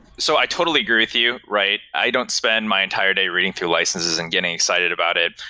so i totally agree with you, right? i don't spend my entire day reading through licenses and getting excited about it,